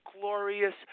glorious